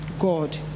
god